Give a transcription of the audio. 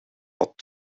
dat